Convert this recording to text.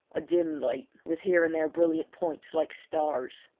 a dim light, with here and there brilliant points like stars.